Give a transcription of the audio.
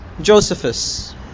Josephus